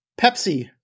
Pepsi